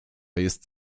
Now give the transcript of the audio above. jest